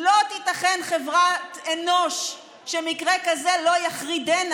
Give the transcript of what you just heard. "לא תיתכן חברת אנוש אשר מקרה כזה לא יחרידנה"